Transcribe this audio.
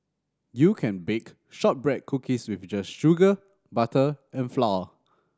you can bake shortbread cookies with just sugar butter and flour